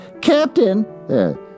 Captain